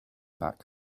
back